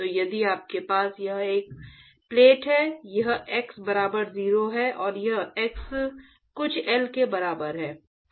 तो यदि आपके पास यहाँ एक प्लेट है यह x बराबर 0 है और यह x कुछ L के बराबर है